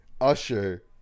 usher